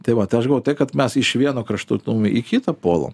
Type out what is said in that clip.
tai vat aš galvoju tai kad mes iš vieno kraštutinumo į kitą puolam